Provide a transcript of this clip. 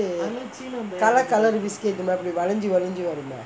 colour colour biscuit லாம் அப்டி வளஞ்சி வளஞ்சி வருமே:laam apdi valanji valanji varumae